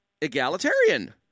egalitarian